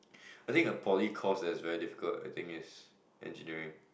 I think a poly course is very difficult I think is engineering